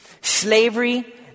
slavery